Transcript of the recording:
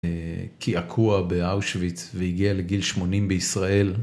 קעקוע באושוויץ והגיע לגיל שמונים בישראל